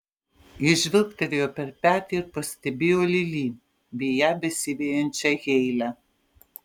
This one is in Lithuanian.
jis žvilgtelėjo per petį ir pastebėjo lili bei ją besivejančią heilę